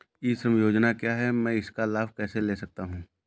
ई श्रम योजना क्या है मैं इसका लाभ कैसे ले सकता हूँ?